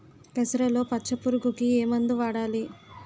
పెసరలో పచ్చ పురుగుకి ఏ మందు వాడాలి?